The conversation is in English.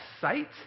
sight